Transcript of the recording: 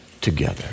together